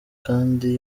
kandi